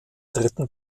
dritten